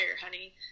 honey